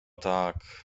tak